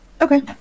Okay